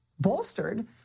bolstered